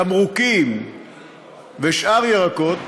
תמרוקים ושאר ירקות.